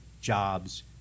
jobs